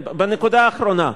בנקודה האחרונה.